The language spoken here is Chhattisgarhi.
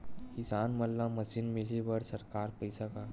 किसान मन ला मशीन मिलही बर सरकार पईसा का?